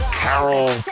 carol